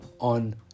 on